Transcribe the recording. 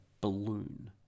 balloon